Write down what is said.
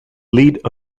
lead